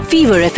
Fever